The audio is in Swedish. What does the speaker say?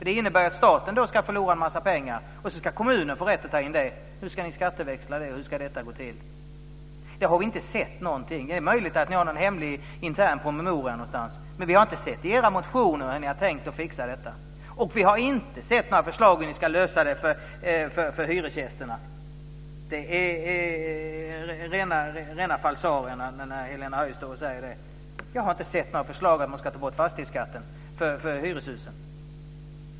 Det innebär att staten förlorar en massa pengar, och så ska kommunen få rätt att ta in det. Hur ska ni skatteväxla det? Hur ska det gå till? Det har vi inte sett. Det är möjligt att ni har någon hemlig intern promemoria någonstans. Men vi har inte sett i era motioner hur ni har tänkt att fixa detta. Vi har inte heller sett några förslag om hur ni ska lösa det för hyresgästerna. Det är rena falsarierna när Helena Höij säger det. Jag har inte sett några förslag om att man ska ta bort fastighetsskatten för hyreshusen.